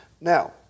Now